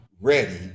ready